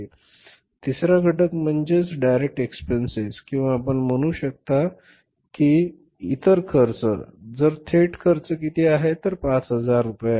आता तिसरा घटक म्हणजे प्रत्यक्ष खर्च किंवा आपण म्हणू शकता थेट इतर खर्च तर थेट खर्च किती आहे ते 5000 आहेत